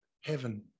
heaven